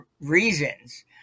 reasons